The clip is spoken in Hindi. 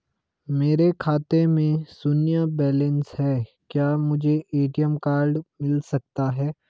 मेरे खाते में शून्य बैलेंस है क्या मुझे ए.टी.एम कार्ड मिल सकता है?